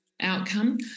outcome